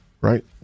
right